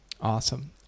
awesome